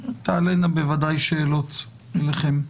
ותעלה גם בוודאי שאלות שלכם.